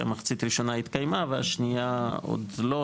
שמחצית ראשונה התקיימה והשנייה עוד לא,